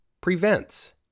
prevents